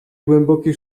głęboki